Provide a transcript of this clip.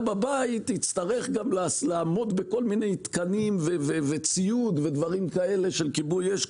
בבית יצטרך גם לעמוד בכל מיני מתקנים וציוד ודברים כאלה של כיבוי אש,